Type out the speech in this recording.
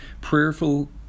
prayerful